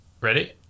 Ready